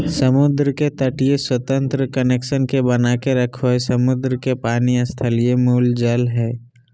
समुद्र के तटीय स्वतंत्र कनेक्शन के बनाके रखो हइ, समुद्र के पानी स्थलीय मूल जल हइ